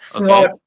Okay